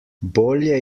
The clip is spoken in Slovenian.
bolje